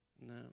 no